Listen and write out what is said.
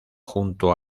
junto